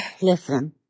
Listen